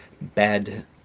bad